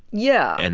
yeah, and